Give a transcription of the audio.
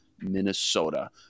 Minnesota